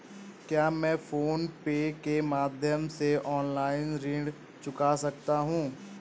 क्या मैं PhonePe के माध्यम से ऑनलाइन ऋण चुका सकता हूँ?